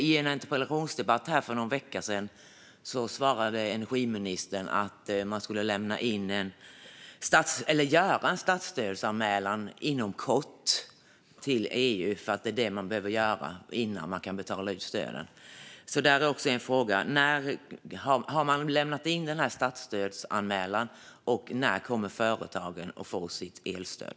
I en interpellationsdebatt för någon vecka sedan svarade energiministern att man skulle göra en statsstödsanmälan inom kort till EU, för det behöver man göra innan man kan betala ut stöden. Då är frågan: Har man lämnat in den här statsstödsanmälan, och när kommer företagen att få sitt elstöd?